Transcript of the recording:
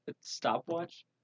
Stopwatch